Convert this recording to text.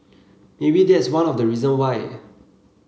maybe that's one of the reason why